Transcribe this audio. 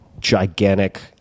gigantic